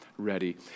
ready